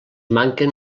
manquen